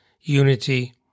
unity